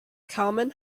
carmen